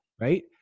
right